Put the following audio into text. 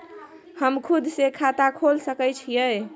हम खुद से खाता खोल सके छीयै?